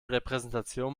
repräsentation